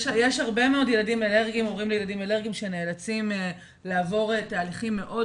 יש הרבה מאוד הורים לילדים אלרגיים שנאלצים לעבור תהליכים מאוד